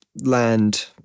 land